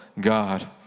God